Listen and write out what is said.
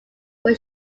were